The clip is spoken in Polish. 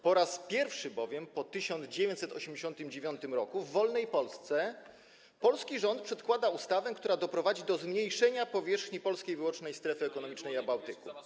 Po raz pierwszy bowiem po 1989 r. w wolnej Polsce polski rząd przedkłada ustawę, która doprowadzi do zmniejszenia powierzchni polskiej wyłącznej strefy ekonomicznej na Bałtyku.